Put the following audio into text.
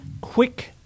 quick